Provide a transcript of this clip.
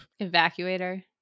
evacuator